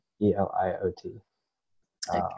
E-L-I-O-T